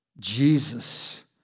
Jesus